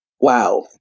Wow